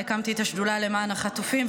והקמתי את השדולה למען החטופים,